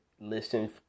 listen